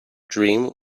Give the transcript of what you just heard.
dream